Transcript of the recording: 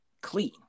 clean